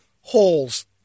Holes